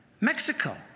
Mexico